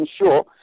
ensure